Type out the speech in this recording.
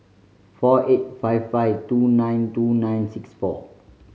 four eight five five two nine two nine six four